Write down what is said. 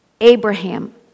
Abraham